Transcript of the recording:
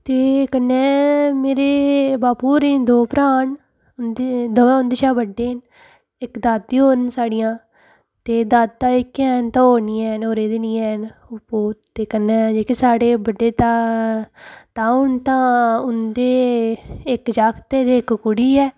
ते कन्नै मेरे बापू होरें गी दो भ्राऽ न उंदे दवें उंदे शा बड्डे न इक दादी होर न साढ़ियां ते दादा इक हैन ते ओह् नी हैन ओह् रेह्दे नी हैन ते कन्नै जेह्के साढ़े बड्डे ता ताऊ न तां उं'दे इक जागत ऐ ते इक कुड़ी ऐ